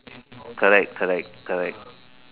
correct correct correct